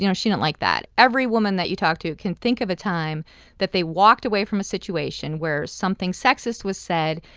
you know she didn't like that. every woman that you talk to can think of a time that they walked away from a situation where something sexist was said.